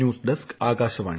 news desk Akashvani